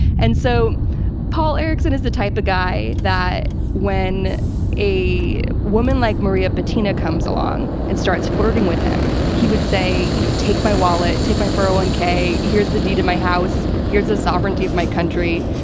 and so paul erickson is the type of guy that when a woman like maria butina comes along and starts flirting with him, he would say, you know, take my wallet. take my four hundred and one k. here's the deed to my house. here's the sovereignty of my country.